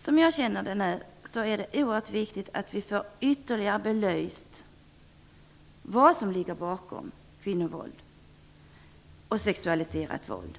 Som jag känner det nu är det oerhört viktigt att vi får ytterligare belyst vad som ligger bakom kvinnovåld och sexualiserat våld.